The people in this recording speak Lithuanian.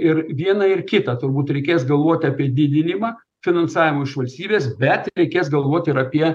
ir vieną ir kitą turbūt reikės galvoti apie didinimą finansavimo iš valstybės bet reikės galvoti ir apie